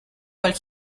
while